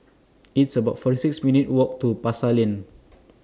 It's about forty six minutes' Walk to Pasar Lane